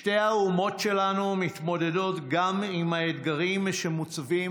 שתי האומות שלנו מתמודדות גם עם האתגרים שמוצבים